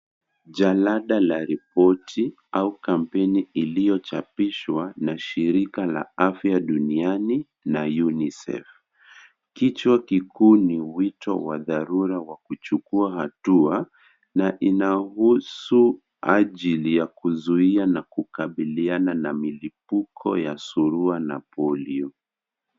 Jalada la ripoti au campaign iliopishwa na shirika la afya dunia na UNISEF. Kichwa kikuu ni wito wa dharura wakujukuwa hatua na inahusu ajili ya kusuia na kukabiliana na milibuko ya surua na polio .